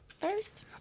first